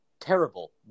terrible